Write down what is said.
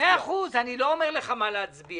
מאה אחוז, אני לא אומר לך מה להצביע.